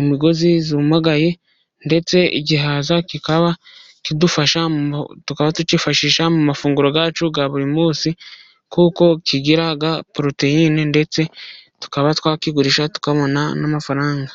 imigozi yumagaye ndetse igihaza kikaba kidufasha, tukifashisha mu mafunguro yacu ya buri munsi, kuko kigira poroteyine ndetse tukaba twakigurisha tukabona n'amafaranga.